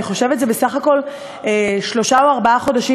אני חושבת שזה בסך הכול שלושה או ארבעה חודשים